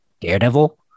Daredevil